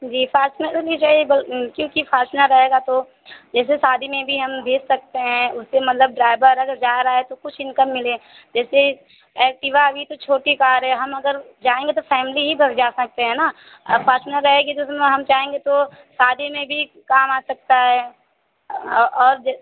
जी Fortuner ही चाहिए ब क्योंकि फ़ार्चुनर रहेगा तो जैसे शादी में भी हम भेज सकते हैं उससे मतलब ड्राइबर अगर जा रहा है तो कुछ इनकम मिले जैसे ऐक्टिवा अभी तो छोटी कार है हम अगर जाएँगे तो फ़ैमली ही बस जा सकते हैं ना अब फ़ार्चुनर रहेगी तो उसमें हम चाहेंगे तो शादी में भी काम आ सकता है और ज